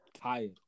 Hi